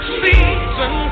season